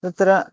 तत्र